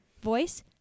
voice